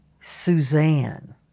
Suzanne